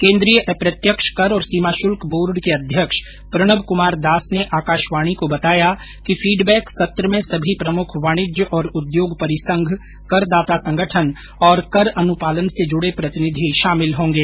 केन्द्रीय अप्रत्यक्ष कर और सीमा शुल्क बोर्ड के अध्यक्ष प्रणब कुमार दास ने आकाशवाणी को बताया कि फीडबैक सत्र में सभी प्रमुख वाणिज्य और उद्योग परिसंघ करदाता संगठन और कर अनुपालन से जुड़े प्रतिनिधि शामिल होंगे